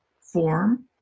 form